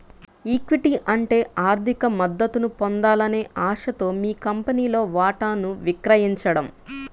equity అంటే ఆర్థిక మద్దతును పొందాలనే ఆశతో మీ కంపెనీలో వాటాను విక్రయించడం